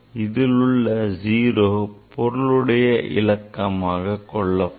இதில் உள்ள 0 பொருளுடைவிலக்கமாக கொள்ளப்படும்